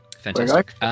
Fantastic